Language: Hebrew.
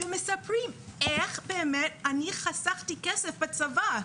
ומספרים איך באמת אני חסכתי כסף בצבא,